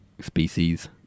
species